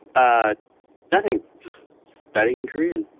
ah nothing. just studying korean